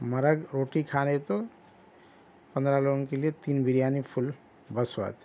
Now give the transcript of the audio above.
مرگ روٹی کھانے تو پندرہ لوگوں کے لئے تین بریانی فُل بس ہوتی